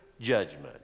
judgment